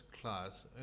class